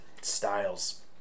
styles